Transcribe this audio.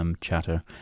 chatter